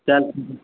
चल